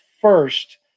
first